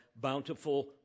bountiful